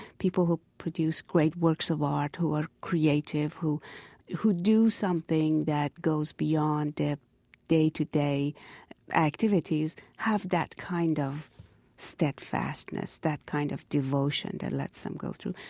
people who produce great works of art, who are creative, who who do something that goes beyond day-to-day activities, have that kind of steadfastness, that kind of devotion that lets them go through.